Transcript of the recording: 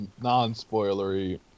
non-spoilery